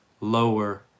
lower